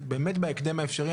בהקדם האפשרי.